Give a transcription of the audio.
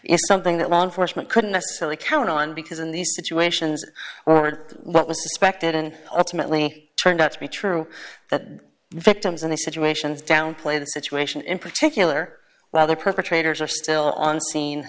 it's something that law enforcement couldn't necessarily count on because in these situations what was suspected and ultimately turned out to be true the victims and the situations downplay the situation in particular while the perpetrators are still on scene